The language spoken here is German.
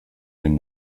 den